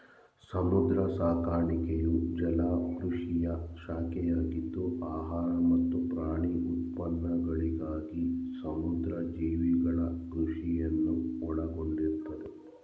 ಸಮುದ್ರ ಸಾಕಾಣಿಕೆಯು ಜಲಕೃಷಿಯ ಶಾಖೆಯಾಗಿದ್ದು ಆಹಾರ ಮತ್ತು ಪ್ರಾಣಿ ಉತ್ಪನ್ನಗಳಿಗಾಗಿ ಸಮುದ್ರ ಜೀವಿಗಳ ಕೃಷಿಯನ್ನು ಒಳಗೊಂಡಿರ್ತದೆ